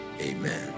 Amen